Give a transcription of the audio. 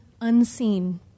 unseen